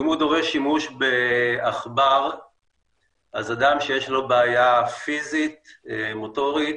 אם הוא דורש שימוש בעכבר אז אדם שיש לו בעיה פיזית מוטורית